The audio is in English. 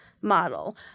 model